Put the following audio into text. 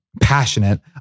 passionate